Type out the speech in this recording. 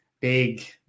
big